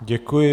Děkuji.